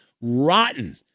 rotten